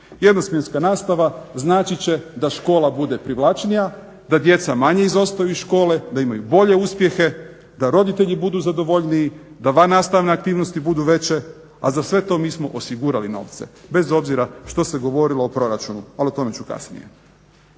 Jednosmjenska nastava značit će da škola bude privlačnija, da djeca manje izostaju iz škole, da imaju bolje uspjehe, da roditelji budu zadovoljniji, da van nastavne aktivnosti budu veće a za sve to mi smo osigurali novce bez obzira što se govorilo o proračunu ali o tome ću kasnije.